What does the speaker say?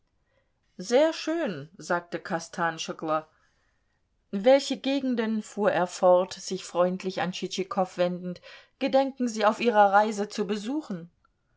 sehr schön sagte kostanschoglo welche gegenden fuhr er fort sich freundlich an tschitschikow wendend gedenken sie auf ihrer reise zu besuchen